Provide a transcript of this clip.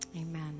Amen